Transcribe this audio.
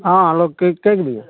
ஆ hello கேக்கு கேட்குதுங்க